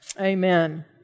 amen